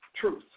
truth